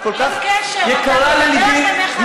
את כל כך יקרה לליבי.